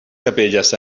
capelles